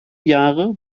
jahre